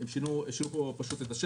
הם פשוט שינו את השם,